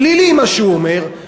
פלילי מה שהוא אומר,